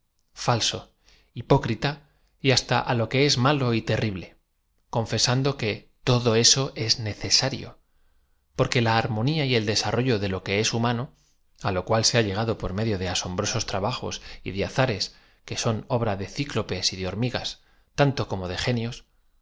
falso hipócrita y hasta á lo que es malo y terrible confesando que todo eso es necesario porque la arm o nía y el desarrollo de lo que es humano i lo cual se ha llegado por medio de asombrosos trabajos y de aza res que son obra de ciclopes y de hormigas tanto como de genios